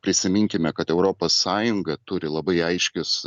prisiminkime kad europos sąjunga turi labai aiškius